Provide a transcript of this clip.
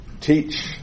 teach